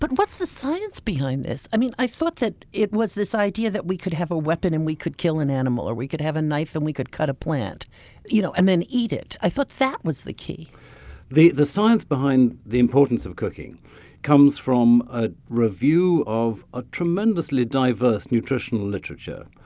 but what's the science behind this? i thought that it was this idea that we could have a weapon and we could kill an animal, or we could have a knife and we could cut a plant you know and then eat it. i thought that was the key the the science behind the importance of cooking comes from a review of a tremendously diverse nutritional literature.